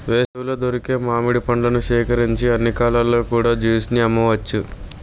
వేసవిలో దొరికే మామిడి పండ్లను సేకరించి అన్ని కాలాల్లో కూడా జ్యూస్ ని అమ్మవచ్చు